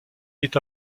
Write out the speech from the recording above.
est